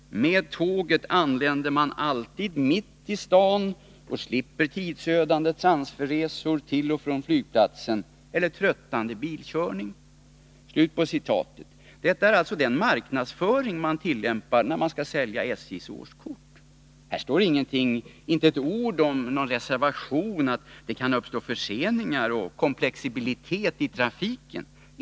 Med tåget anländer man alltid mitt i stan och slipper tidsödande transferresor till och från flygplatsen eller tröttande bilkörning.” Detta är alltså den marknadsföring SJ tillämpar när man skall sälja sitt årskort. Här har man inte med ett ord gjort någon reservation och sagt att det kan uppstå förseningar och komplexibilitet i trafiken.